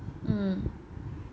mm